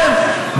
כן,